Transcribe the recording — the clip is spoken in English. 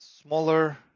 smaller